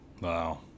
Wow